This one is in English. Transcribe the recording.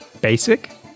basic